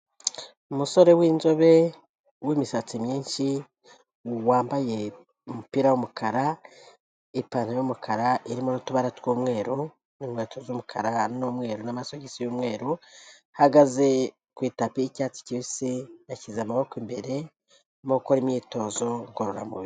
Umusore w'inzobe w'imisatsi myinshi, wambaye umupira w'umukara, ipantaro y'umukara irimo n'utubara tw'umweru, n'inkweto z'umukara n'umweru, n'amasogisi y'umweru, ahagaze ku itapi y'icyatsi kibis, yashyize amaboko imbere, arimo gukora imyitozo ngororamubiri.